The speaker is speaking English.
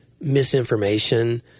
misinformation